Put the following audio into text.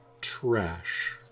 trash